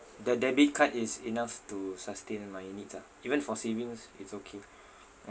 the debit card is enough to sustain my needs ah even for savings it's okay